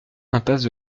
impasse